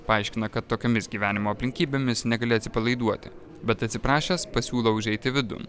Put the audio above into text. paaiškina kad tokiomis gyvenimo aplinkybėmis negali atsipalaiduoti bet atsiprašęs pasiūlo užeiti vidun